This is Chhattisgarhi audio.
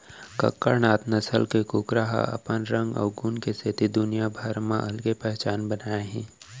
कड़कनाथ नसल के कुकरा ह अपन रंग अउ गुन के सेती दुनिया भर म अलगे पहचान बनाए हे